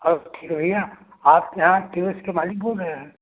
और सब ठीक है भैया आपके यहाँ केस के मालिक बोल रहे हैं